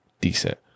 decent